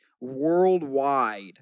worldwide